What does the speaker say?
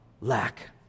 lack